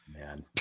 man